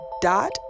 dot